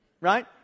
Right